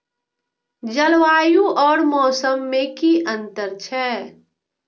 जलवायु और मौसम में कि अंतर छै?